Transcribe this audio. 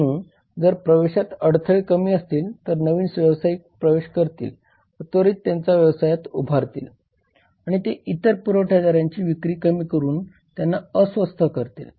म्हणून जर प्रवेशात अडथळे कमी असतील तर नवीन व्यावसायीक प्रवेश करतील व त्वरीत त्यांचा व्यवसाय उभारतील आणि ते इतर पुरवठ्यादारांची विक्री कमी करून त्यांना अस्वस्थ करतील